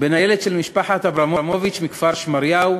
בין הילד של משפחת אברמוביץ מכפר-שמריהו